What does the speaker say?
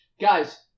Guys